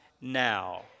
now